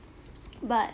but